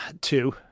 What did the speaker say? Two